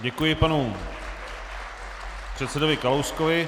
Děkuji panu předsedovi Kalouskovi.